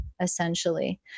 essentially